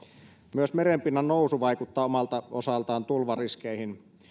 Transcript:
myös merenpinnan nousu vaikuttaa omalta osaltaan tulvariskeihin